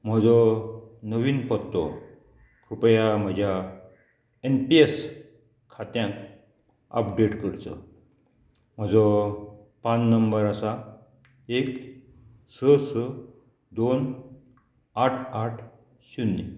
म्हजो नवीन पत्तो कृपया म्हज्या एनपीएस खात्यांत अपडेट करचो म्हजो पान नंबर आसा एक स स दोन आट आट शुन्य